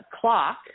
clock